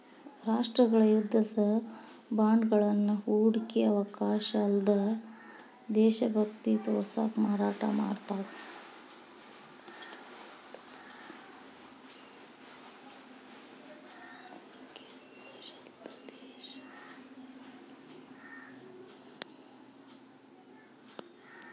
ರಾಷ್ಟ್ರಗಳ ಯುದ್ಧದ ಬಾಂಡ್ಗಳನ್ನ ಹೂಡಿಕೆಯ ಅವಕಾಶ ಅಲ್ಲ್ದ ದೇಶಭಕ್ತಿ ತೋರ್ಸಕ ಮಾರಾಟ ಮಾಡ್ತಾವ